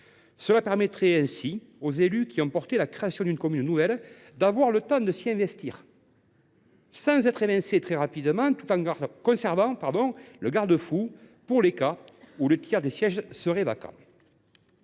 Cela permettrait aux élus qui ont porté la création d’une commune nouvelle d’avoir le temps de s’y investir sans en être évincés très rapidement, tout en conservant un garde fou dans le cas où le tiers des sièges serait vacant.